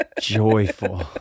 joyful